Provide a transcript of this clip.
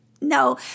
No